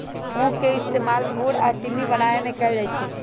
उख के इस्तेमाल गुड़ आ चिन्नी बनावे में कएल जाई छई